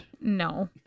No